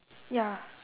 ya